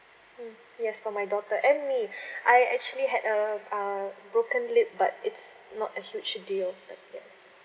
mm yes for my daughter and me I actually had a uh broken rib but it's not a huge deal